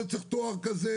זה צריך תואר כזה,